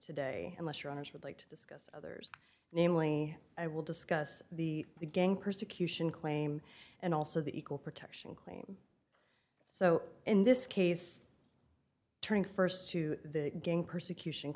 today unless your honour's would like to discuss others namely i will discuss the the gang persecution claim and also the equal protection claim so in this case turn first to the gang persecution